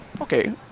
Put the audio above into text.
Okay